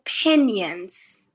opinions